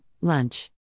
Lunch